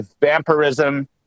vampirism